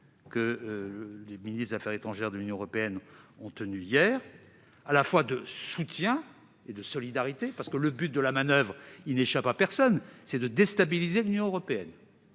hier les ministres des affaires étrangères de l'Union européenne, une posture à la fois de soutien et de solidarité, parce que le but de la manoeuvre n'échappe à personne : c'est de déstabiliser l'Union européenne